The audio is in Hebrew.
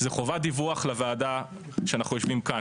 חובת דיווח לוועדה שאנחנו יושבים כאן,